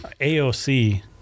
AOC